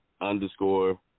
underscore